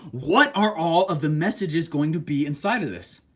what are all of the messages going to be inside of this?